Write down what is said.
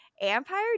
Empire